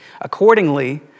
Accordingly